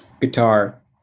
Guitar